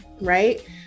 Right